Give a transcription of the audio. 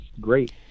great